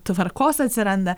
tvarkos atsiranda